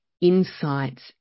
insights